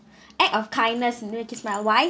act of kindness knew this lah why